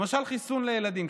למשל, חיסון לילדים.